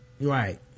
right